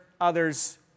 others